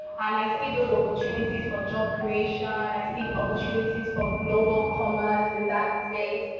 and i see those opportunities for job creation. i see opportunities for global commerce in that space.